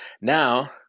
now